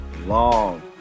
long